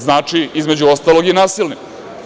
Znači, između ostalog i nasilne.